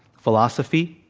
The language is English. philosophy,